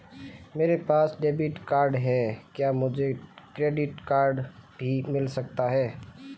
मेरे पास debit card है क्या मुझे क्रेडिट कार्ड भी मिल सकता है?